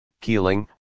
Keeling